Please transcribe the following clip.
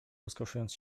rozkoszując